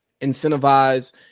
incentivize